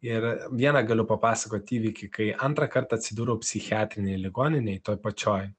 ir vieną galiu papasakot įvykį kai antrąkart atsidūriau psichiatrinėj ligoninėj toj pačioj